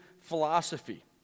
philosophy